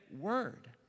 word